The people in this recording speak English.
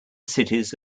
cities